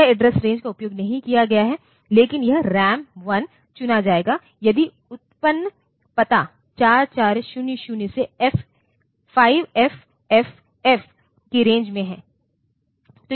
यह address range का उपयोग नहीं किया गया है लेकिन यह रैम 1 चुना जाएगा यदि उत्पन्न पता 4400 से 5FFF की रेंज में है